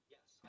Yes